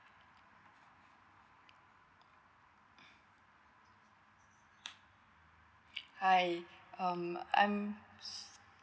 hi um I'm